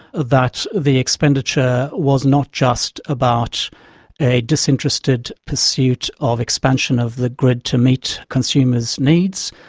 that the expenditure was not just about a disinterested pursuit of expansion of the grid to meet consumers' needs,